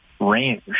range